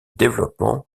développement